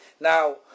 Now